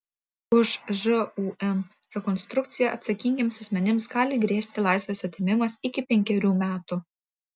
už žūm rekonstrukciją atsakingiems asmenims gali grėsti laisvės atėmimas iki penkerių metų